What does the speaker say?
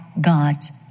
God's